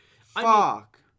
Fuck